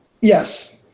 Yes